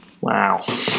Wow